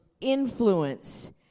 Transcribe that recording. influence